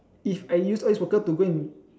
if I use all these worker to go and